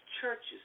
churches